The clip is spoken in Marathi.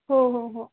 हो हो हो